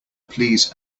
please